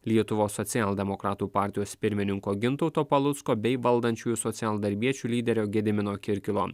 lietuvos socialdemokratų partijos pirmininko gintauto palucko bei valdančiųjų socialdarbiečių lyderio gedimino kirkilo